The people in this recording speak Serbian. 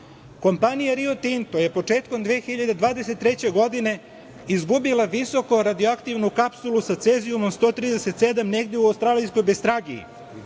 Kompanija Rio Tinto je početkom 2023. godine izgubila visoko radioaktivnu kapsulu sa cezijumom 137 negde u Australijsko bestragiji,